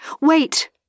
wait